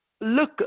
Look